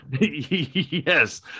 Yes